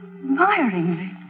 admiringly